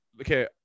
Okay